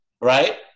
right